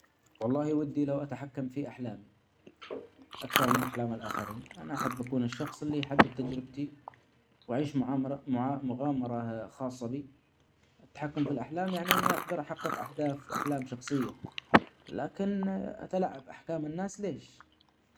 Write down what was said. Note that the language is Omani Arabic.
والله ودي لو أتحكم في أحلامي. أكثر من أحلام الآخرين .أنا أإحب أكون الشخص اللي يحدد تجربتي وأعيش مغامرة خاصه بي. الاحلام يعني إني اجدر أحقق أهداف وأحلام شخصية. لكن أتلاعب بأحلام الناس ليش.